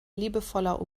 liebevoller